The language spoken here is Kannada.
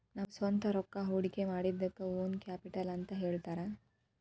ನಮ್ದ ಸ್ವಂತ್ ರೊಕ್ಕಾನ ಹೊಡ್ಕಿಮಾಡಿದಕ್ಕ ಓನ್ ಕ್ಯಾಪಿಟಲ್ ಅಂತ್ ಹೇಳ್ತಾರ